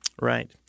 Right